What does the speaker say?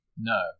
No